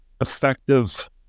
effective